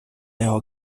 його